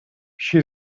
she